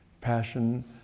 passion